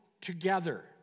together